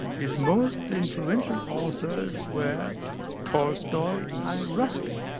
his most influential authors were tolstoy, and ruskin,